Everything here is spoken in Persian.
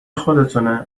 خودتونه